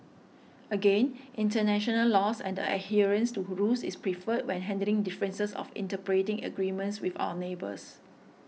again international laws and the adherence to rules is preferred when handling differences of interpreting agreements with our neighbours